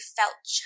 felt